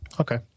Okay